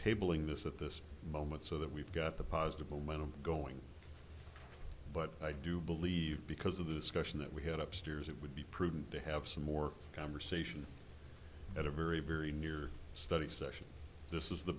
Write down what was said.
tabling this at this moment so that we've got the positive momentum going but i do believe because of this question that we had upstairs it would be prudent to have some more conversation at a very very near study session this is the